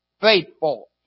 faithful